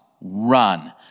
run